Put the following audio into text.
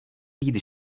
být